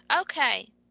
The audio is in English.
Okay